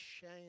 shame